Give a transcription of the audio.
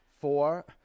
four